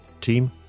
team